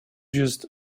just